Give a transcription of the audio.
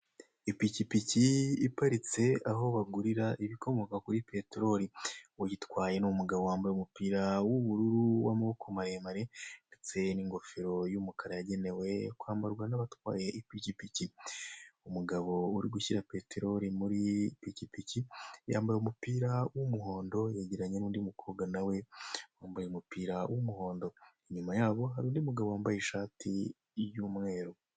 Ipikipiki iparitse aho bagurira ibikomoka kuri peterori. Uyitwaye n'umugabo wambaye umupira w'ubururu wa maboko maremare ndetse ingofero y'umukara yagenewe kwa mbarwa n'abatwaye ipikipiki. Umugabo urigushyira peterori mu ipikipiki yambaye umupira w'umuhondo yegeranye n'undi mukobwa nawe wambaye umupira w'umuhondo, inyuma yabo hari undi umugabo wambaye ishati y'umweru.